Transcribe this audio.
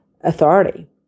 authority